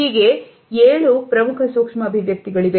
ಹೀಗೆ ಹೇಳು ಪ್ರಮುಖ ಸೂಕ್ಷ್ಮ ಅಭಿವ್ಯಕ್ತಿಗಳಾಗಿವೆ